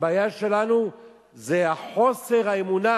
הבעיה שלנו היא חוסר האמונה,